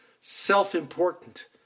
self-important